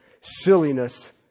silliness